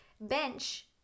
bench